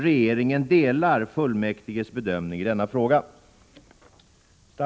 Regeringen delar fullmäktiges bedömning i denna fråga.